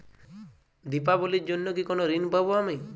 দীপাবলির জন্য কি কোনো ঋণ পাবো আমি?